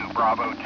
Bravo